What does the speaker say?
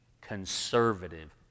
conservative